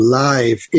live